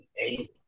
eight